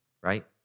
right